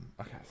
Okay